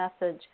message